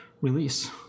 release